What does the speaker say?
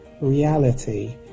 reality